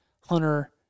hunter